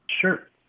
Sure